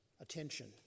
attention